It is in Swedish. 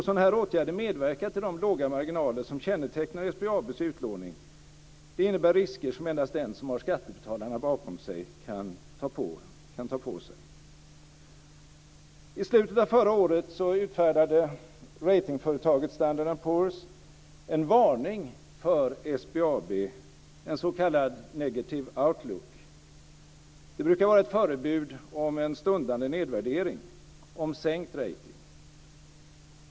Sådana här åtgärder medverkar till de låga marginaler som kännetecknar SBAB:s utlåning; de innebär risker som endast den som har skattebetalarna bakom sig kan ta på sig. I slutet av förra året utfärdade ratingföretaget Standard & Poors en varning för SBAB, en s.k. negative outlook. Det brukar vara ett förebud om en stundande nedvärdering, om sänkt rating.